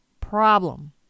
problem